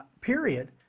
period